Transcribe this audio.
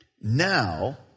now